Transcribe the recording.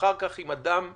ואחר כך עם אדם בסיכון,